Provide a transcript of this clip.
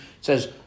says